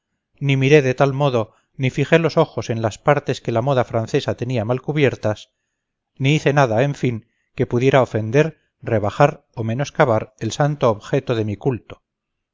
ni miré de mal modo ni fijé los ojos en las partes que la moda francesa tenía mal cubiertas ni hice nada en fin que pudiera ofender rebajar o menoscabar el santo objeto de mi culto